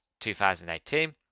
2018